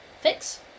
fix